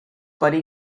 buddy